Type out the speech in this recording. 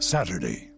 Saturday